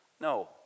No